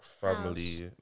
family